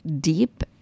deep